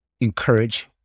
encourage